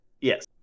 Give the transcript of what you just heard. Yes